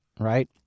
right